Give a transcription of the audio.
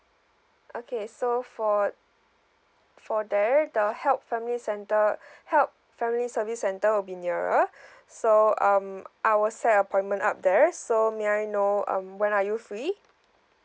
okay so for for there the help family center help family service center will be nearer so um I will set appointment up there so may I know um when are you free